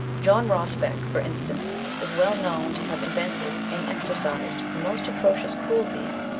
john rosbeck, for instance, is well known to have invented and exercised the most atrocious cruelties,